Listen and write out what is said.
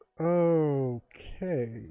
okay